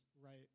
right